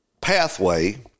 pathway